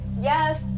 Yes